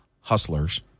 hustlers